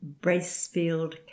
bracefield